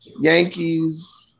Yankees